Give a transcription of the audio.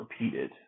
repeated